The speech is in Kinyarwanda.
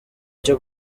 cyo